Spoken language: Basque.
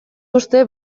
uste